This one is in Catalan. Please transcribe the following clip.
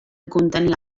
contenia